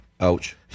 Ouch